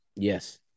Yes